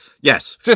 Yes